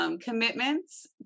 commitments